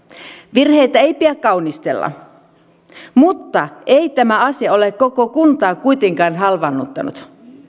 virheitä ei pidä kaunistella mutta ei tämä asia ole koko kuntaa kuitenkaan halvaannuttanut